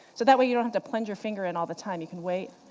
so that way you don't have to plunge your finger in all the time, you can wait.